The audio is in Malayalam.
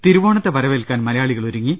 തിരുവോണത്തെ വരവേൽക്കാൻ മലയാളികൾ ഒരുങ്ങി